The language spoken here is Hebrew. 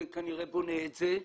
בונה את זה,